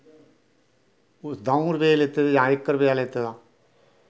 द'ऊं रपे लैते जां इक रपेआ लैते दा